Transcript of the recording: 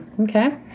Okay